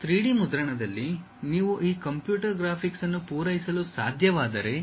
3D ಮುದ್ರಣದಲ್ಲಿ ನೀವು ಈ ಕಂಪ್ಯೂಟರ್ ಗ್ರಾಫಿಕ್ಸ್ ಅನ್ನು ಪೂರೈಸಲು ಸಾಧ್ಯವಾದರೆ